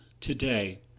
today